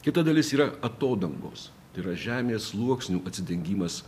kita dalis yra atodangos tai yra žemės sluoksnių atidengimas